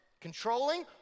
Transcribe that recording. controlling